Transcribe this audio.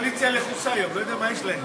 הקואליציה לחוצה היום, לא יודע מה יש להם.